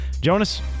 Jonas